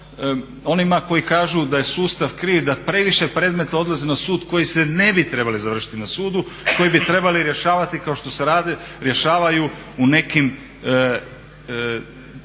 onima koji kažu da je sustav kriv da previše predmeta odlazi na sud koji se ne bi trebali završiti na sudu, koji bi trebali rješavati kao što rješavaju u nekim